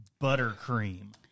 buttercream